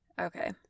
Okay